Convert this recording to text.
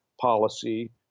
policy